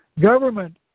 Government